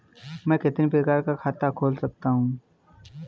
मैं कितने प्रकार का खाता खोल सकता हूँ?